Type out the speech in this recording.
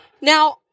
Now